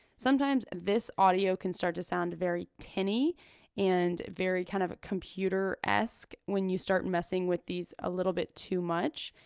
sometimes this audio can start to sound very tinny and very kind of computer-esque when you start messing with these a little bit too much.